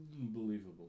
unbelievable